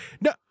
no